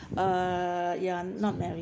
uh ya not married